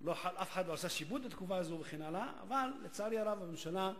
אני מפנה כמובן לממשלה,